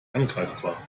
angreifbar